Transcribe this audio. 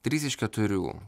trys iš keturių